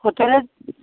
হোটেলত